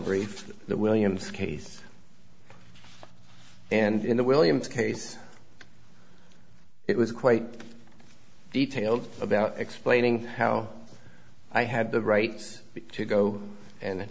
the williams case and in the williams case it was quite detailed about explaining how i had the rights to go and